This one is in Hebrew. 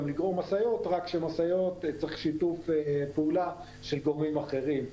לגרור משאיות רק שצריך שיתוף פעולה של גורמים אחרים.